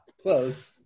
Close